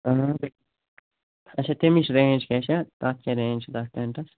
اَچھا تَمِچ رینج کیٛاہ چھِ تَتھ کیٛاہ رینج چھِ تَتھ ٹٮ۪نٹَس